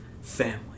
Family